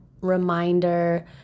reminder